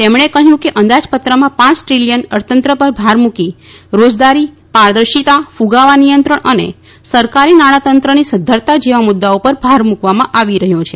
તેમણે કહ્યું કે અંદાજપત્રમાં પાંચ દ્રીલીયન અર્થતંત્ર પર ભાર મૂકી રોજદારી પારદર્શીતા કુગાવા નિયંત્રણ અને સરકારી નાણાતંત્રની સધ્ધરતા જેવા મુદ્દાઓ પર ભાર મૂકવામાં આવી રહ્યો છે